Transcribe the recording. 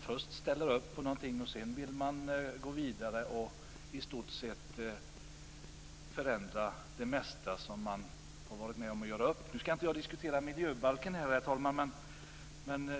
Först ställer man sig bakom någonting, men sedan vill man förändra det mesta av det som man har gjort upp om. Jag skall nu inte diskutera miljöbalken här, herr talman.